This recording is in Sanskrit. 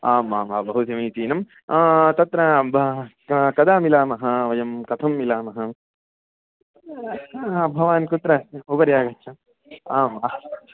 आम् आम् आं बहुसमीचीनं तत्र कदा मिलामः वयं कथं मिलामः भवान् कुत्र उपरि आगच्छम् आम्